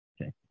okay